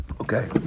okay